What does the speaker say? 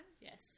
Yes